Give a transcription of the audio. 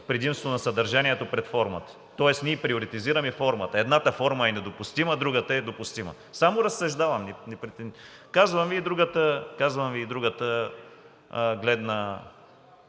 предимство на съдържанието пред формата. Тоест ние приоритизираме формата. Едната форма е недопустима. Другата е допустима. Само разсъждавам. Казвам Ви и другата гледна